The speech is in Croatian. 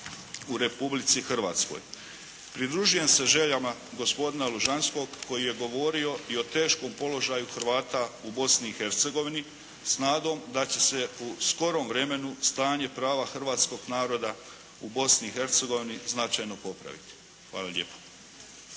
u Republici Hrvatskoj. Pridružujem se željama gospodina Lužanskog koji je govorio i o teškom položaju Hrvata u Bosni i Hercegovini s nadom da će se u skorom vremenu stanje prava hrvatskog naroda u Bosni i Hercegovini značajno popraviti. Hvala lijepo.